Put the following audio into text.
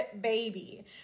baby